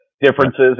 differences